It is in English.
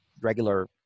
regular